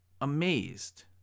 amazed